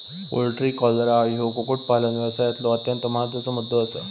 poultry cholera ह्यो कुक्कुटपालन व्यवसायातलो अत्यंत महत्त्वाचा मुद्दो आसा